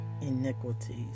iniquities